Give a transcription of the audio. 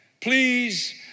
Please